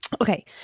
Okay